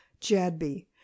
Jadby